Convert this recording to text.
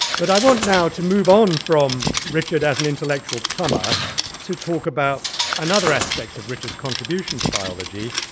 but i want now to move on from richard as an intellectual plumber to talk about another aspect of richard's contribution to biology,